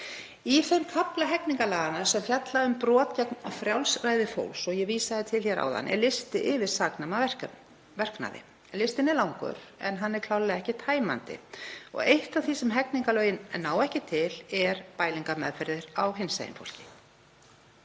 Í þeim kafla hegningarlaganna sem fjallar um brot gegn frjálsræði fólks, og ég vísaði til hér áðan, er listi yfir saknæma verknaði. Listinn er langur en hann er klárlega ekki tæmandi. Eitt af því sem hegningarlögin ná ekki til eru bælingarmeðferðir á hinsegin fólki.